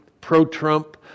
Pro-Trump